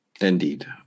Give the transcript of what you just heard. Indeed